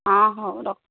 ହଁ ହଉ ରଖୁଛି